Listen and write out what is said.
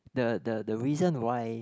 the the the reason why